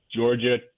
Georgia